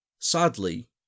Sadly